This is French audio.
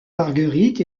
marguerite